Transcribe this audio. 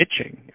itching